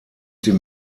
dem